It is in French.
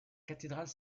cathédrale